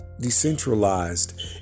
decentralized